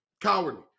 Cowardly